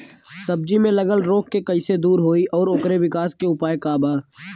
सब्जी में लगल रोग के कइसे दूर होयी और ओकरे विकास के उपाय का बा?